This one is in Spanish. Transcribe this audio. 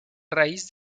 raíz